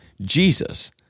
Jesus